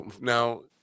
Now